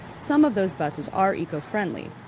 some of those buses are eco-friendly,